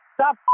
Stop